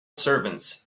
servants